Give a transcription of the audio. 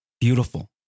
Beautiful